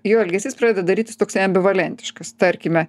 jo elgesys pradeda darytis toks ambivalentiškas tarkime